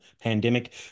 pandemic